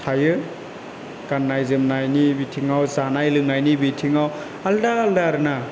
थायो गाननाय जोमनायनि बिथिङाव जानाय लोंनायनि बिथिंयाव आलदा आलदा आरोना